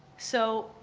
so,